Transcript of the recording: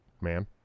man